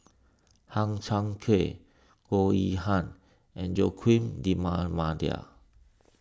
Hang Chang Chieh Goh Yihan and Joaquim D'Almeida